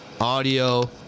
audio